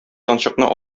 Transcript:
янчыкны